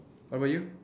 what were you